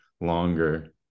longer